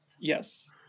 Yes